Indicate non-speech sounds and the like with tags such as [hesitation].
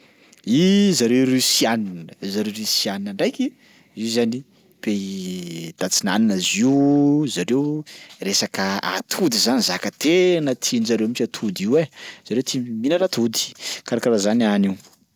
I zareo Rosianina, zareo rosianina ndraiky io zany pays [hesitation] tantsinanana zio, [noise] zareo resaka atody zany zaka tena tian-jareo mihitsy atody io ai, zareo tia mihinana atody karakaraha zany hany io. [noise]